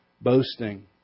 boasting